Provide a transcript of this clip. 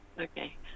Okay